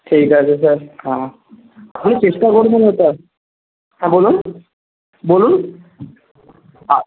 ঠিক আছে স্যার হ্যাঁ আমি চেষ্টা করবো হ্যাঁ বলুন বলুন আচ্ছা